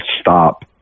stop